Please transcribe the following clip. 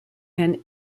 and